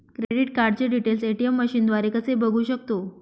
Credit कार्डचे details ATM मशीनद्वारे कसे बघू शकतो?